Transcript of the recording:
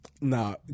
nah